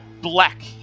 black